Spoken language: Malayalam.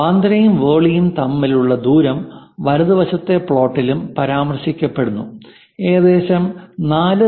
ബാന്ദ്രയും വോർലിയും തമ്മിലുള്ള ദൂരം വലതുവശത്തെ പ്ലോട്ടിലും പരാമർശിക്കപ്പെടുന്നു ഏകദേശം 4